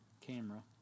camera